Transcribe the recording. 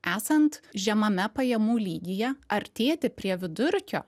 esant žemame pajamų lygyje artėti prie vidurkio